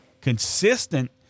consistent